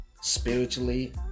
spiritually